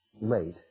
Late